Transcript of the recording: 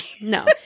No